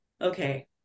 okay